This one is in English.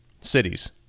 cities